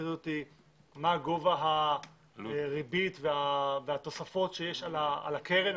מטריד אותי מה גובה הריבית והתוספות שיש על הקרן.